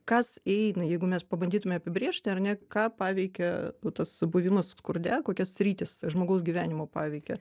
kas eina jeigu mes pabandytume apibrėžti ar ne ką paveikia tas buvimas skurde kokias sritis žmogaus gyvenimo paveikia